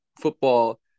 football